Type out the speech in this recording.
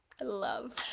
love